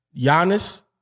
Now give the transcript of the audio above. Giannis